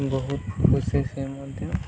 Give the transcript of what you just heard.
ବହୁତ ଖୁସି ସେ ମଧ୍ୟ